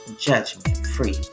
Judgment-Free